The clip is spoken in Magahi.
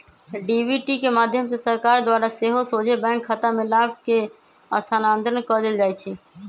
डी.बी.टी के माध्यम से सरकार द्वारा सेहो सोझे बैंक खतामें लाभ के स्थानान्तरण कऽ देल जाइ छै